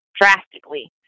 drastically